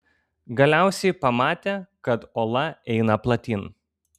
galiausiai pamatė kad ola eina platyn